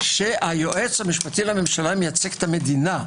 שהיועץ המשפטי לממשלה מייצג את המדינה.